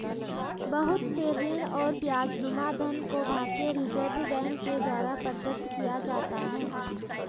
बहुत से ऋण और ब्याजनुमा धन को भारतीय रिजर्ब बैंक के द्वारा प्रदत्त किया जाता है